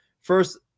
first